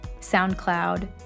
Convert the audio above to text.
SoundCloud